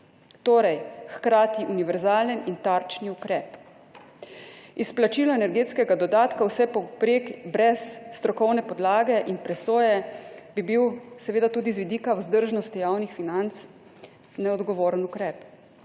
Torej hkrati univerzalen in tarčni ukrep,. Izplačilo energetskega dodatka vse povprek brez strokovne podlage in presoje, bi bil seveda tudi z vidika vzdržnosti javnih financ neodgovoren ukrep.